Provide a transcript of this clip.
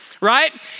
right